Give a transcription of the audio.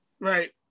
Right